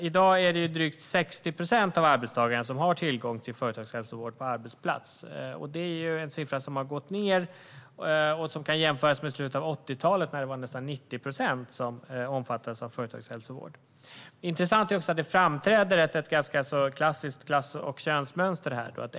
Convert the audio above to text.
I dag är det drygt 60 procent av arbetstagarna som har tillgång till företagshälsovård på arbetsplatsen. Det är en siffra som har gått ned och som kan jämföras med slutet av 80-talet, då det var nästan 90 procent som omfattades av företagshälsovård. Intressant är också att det framträder ett ganska klassiskt klass och könsmönster här.